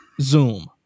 zoom